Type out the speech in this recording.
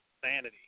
sanity